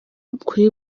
kuri